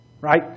right